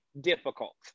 difficult